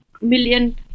million